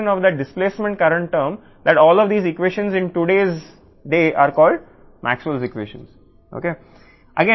ఈ డిస్ప్లేస్మెంట్ ప్రస్తుత పదానికి అతని ఏకైక సహకారం కారణంగానే ఈనాటి ఈ ఈక్వేషన్లన్నింటిని మాక్స్వెల్ ఈక్వేషన్లు అంటారు